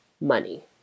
money